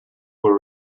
were